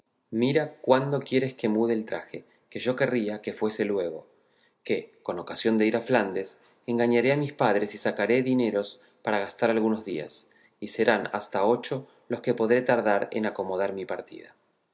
mira cuándo quieres que mude el traje que yo querría que fuese luego que con ocasión de ir a flandes engañaré a mis padres y sacaré dineros para gastar algunos días y serán hasta ocho los que podré tardar en acomodar mi partida